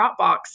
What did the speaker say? dropbox